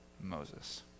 Moses